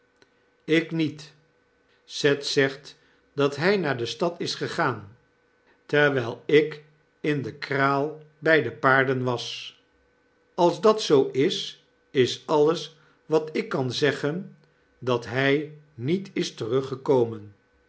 ik niet seth zegt dat hi naar de stad is gegaan terwijl ik in de kraal by de paarden was als dat zoo is is alles wat ik kan zeggen dat hij niet is teruggekomen